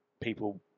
people